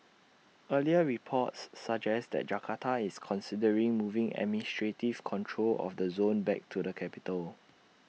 earlier reports suggest that Jakarta is considering moving administrative control of the zone back to the capital